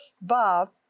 Bob